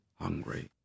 hungry